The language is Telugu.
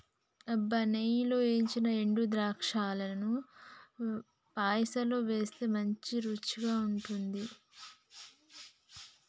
అబ్బ నెయ్యిలో ఏయించిన ఎండు ద్రాక్షలను పాయసంలో వేస్తే మంచి రుచిగా ఉంటుంది